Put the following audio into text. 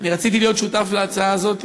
אני רציתי להיות שותף להצעה הזאת,